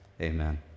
Amen